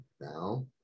now